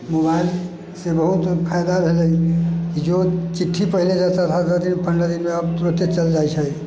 mobile से बहुत फायदा भेलय ज्यों चिट्ठी पहिले जाइत रहय दस दिन पंद्रह दिनमे आब तुरंते चल जाइ छै